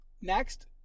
Next